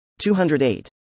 208